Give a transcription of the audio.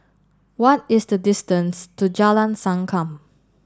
what is the distance to Jalan Sankam